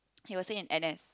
he was still in N_S